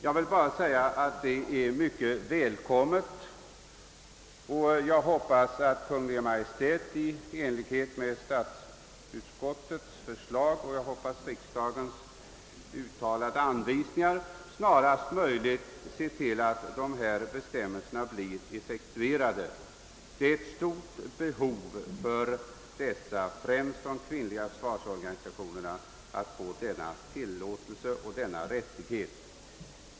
Jag vill bara säga att detta är mycket välkommet och jag utgår från att Kungl. Maj:t i enlighet med statsutskottets förslag — som jag hoppas blir riksdagens uttalade anvisningar — snarast möjligt ser till att beställningen effektueras. I första hand de kvinnliga försvarsorganisationerna har stort behov av att få ifrågavarande rättighet.